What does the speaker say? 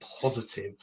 positive